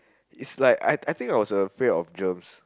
it's like I I think I was afraid of germs